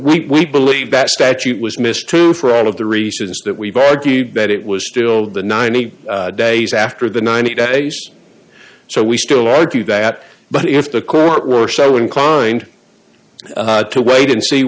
we believe that statute was missed too for all of the reasons that we by argued that it was still the ninety days after the ninety days so we still argue that but if the court were so inclined to wait and see